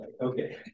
Okay